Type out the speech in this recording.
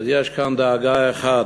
אז יש כאן דאגה אחת,